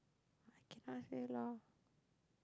I cannot say lah